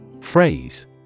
Phrase